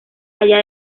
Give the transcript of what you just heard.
allá